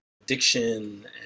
addiction